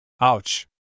Ouch